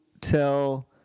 tell